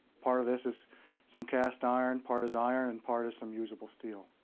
part of this is some cast iron, part is iron, and part is some usable steel.